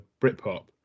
Britpop